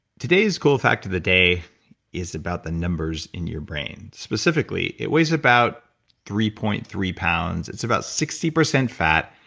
today's cool fact of the day is about the numbers in your brain. specifically, it weighs about three point three pounds. it's about sixty fat,